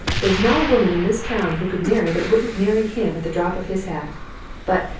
there's not a woman in this town who could marry that wouldn't marry him at the drop of his hat but,